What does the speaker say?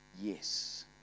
Yes